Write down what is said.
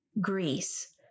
Greece